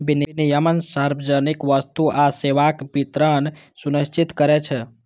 विनियम सार्वजनिक वस्तु आ सेवाक वितरण सुनिश्चित करै छै